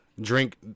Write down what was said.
drink